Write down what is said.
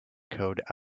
code